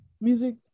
Music